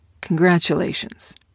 congratulations